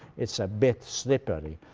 it's a bit slippery.